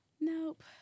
nope